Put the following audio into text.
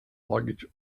luggage